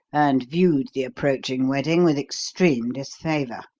and viewed the approaching wedding with extreme disfavour.